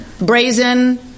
brazen